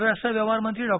परराष्ट्र व्यवहार मंत्री डॉ